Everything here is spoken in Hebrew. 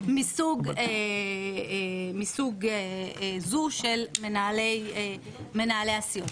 --- מסוג זו של מנהלי הסיעות.